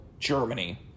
Germany